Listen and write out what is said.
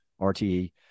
RTE